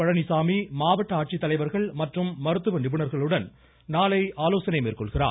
பழனிசாமி மாவட்ட ஆட்சி தலைவர்கள் மற்றும் மருத்துவ நிபுணர்களுடன் நாளை ஆலோசனை மேற்கொள்கிறார்